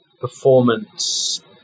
performance